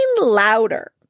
louder